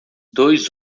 dois